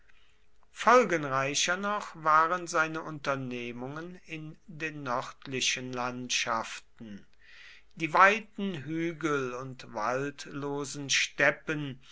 folgenreicher noch waren seine unternehmungen in den nördlichen landschaften die weiten hügel und waldlosen steppen